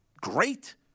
great